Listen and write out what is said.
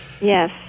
Yes